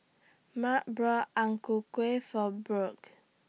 Marc bought Ang Ku Kueh For Burk